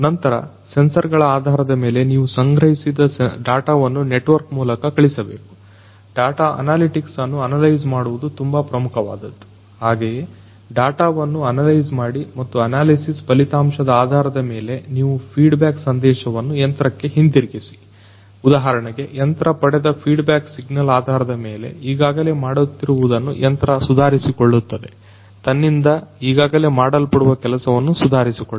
ನಂತರ ಸೆನ್ಸರ್ ಗಳ ಆಧಾರದ ಮೇಲೆ ನೀವು ಸಂಗ್ರಹಿಸಿದ ಡಾಟಾವನ್ನು ನೆಟ್ವರ್ಕ್ ಮೂಲಕ ಕಳಿಸಬೇಕು ಡಾಟಾ ಅನಲಿಟಿಕ್ಸ್ ಅನ್ನು ಅನಲೈಜ್ ಮಾಡುವುದು ತುಂಬಾ ಪ್ರಮುಖವಾದದ್ದು ಹಾಗೆಯೇ ಡಾಟಾವನ್ನು ಅನಲೈಜ್ ಮಾಡಿ ಮತ್ತು ಅನಾಲಿಸಿಸ್ ಫಲಿತಾಂಶದ ಆಧಾರದ ಮೇಲೆ ನೀವು ಫೀಡ್ ಬ್ಯಾಕ್ ಸಂದೇಶವನ್ನು ಯಂತ್ರಕ್ಕೆ ಹಿಂತಿರುಗಿಸಿ ಉದಾಹರಣೆಗೆ ಯಂತ್ರ ಪಡೆದ ಫೀಡ್ ಬ್ಯಾಕ್ ಸಿಗ್ನಲ್ ಆಧಾರದ ಮೇಲೆ ಈಗಾಗಲೇ ಮಾಡುತ್ತಿರುವುದನ್ನು ಯಂತ್ರ ಸುಧಾರಿಸಿಕೊಳ್ಳುತ್ತ ದೆ ತನ್ನಿಂದ ಈಗಾಗಲೇ ಮಾಡಲ್ಪಡುವ ಕೆಲಸವನ್ನು ಸುಧಾರಿಸಿಕೊಳ್ಳಲು